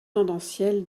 tendancielle